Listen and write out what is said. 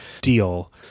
deal